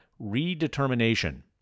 redetermination